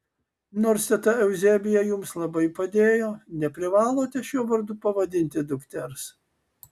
nors teta euzebija jums labai padėjo neprivalote šiuo vardu pavadinti dukters